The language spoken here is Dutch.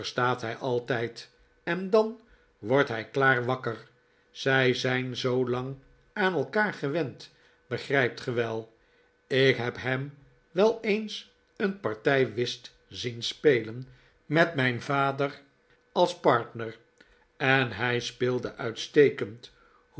hij altijd en dan wordt hij klaar wakker zij zijn zoolang aan elkaar gewend begrijpt ge wel ik heb hem wel eens een parti whist zien spelen met mijn vader als partner en hij speelde uitstekend